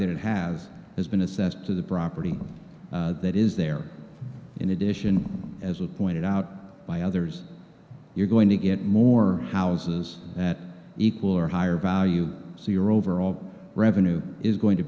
that have has been assessed to the property that is there in addition as a pointed out by others you're going to get more houses that equal or higher value so your overall revenue is going to